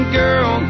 girl